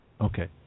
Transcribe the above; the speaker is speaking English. Okay